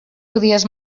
podies